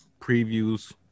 previews